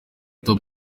top